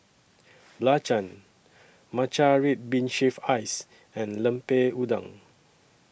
Belacan Matcha Red Bean Shaved Ice and Lemper Udang